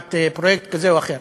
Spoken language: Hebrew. להקמת פרויקט כזה או אחר.